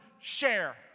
share